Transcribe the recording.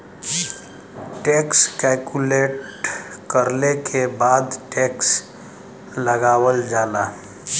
tax calculate करले के बाद टैक्स लगावल जाला